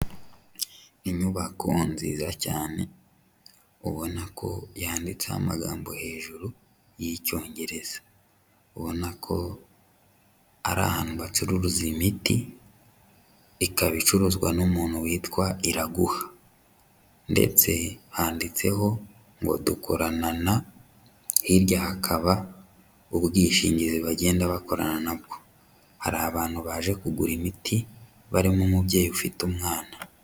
Inyubako nziza cyane ubona ko yanditseho amagambo hejuru y'Icyongereza, ubona ko ari ahantu bacururiza imiti, ikaba icuruzwa n'umuntu witwa Iraguha ndetse handitseho ngo dukorana na, hirya hakaba ubwishingizi bagenda bakorana nabwo, hari abantu baje kugura imiti barimo umubyeyi ufite umwana.